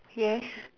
yes